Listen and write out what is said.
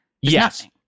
Yes